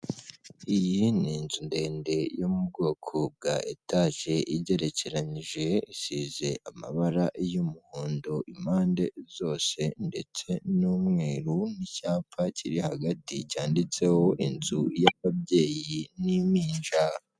Iyi ni inzu ndende yo mu bwoko bwa etaje igerekeranije, isize amabara y'umuhondo impande zose ndetse n'umweru n'icyapa kiri hagati cyanditseho inzu y'ababyeyi n'impinja.